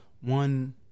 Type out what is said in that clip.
one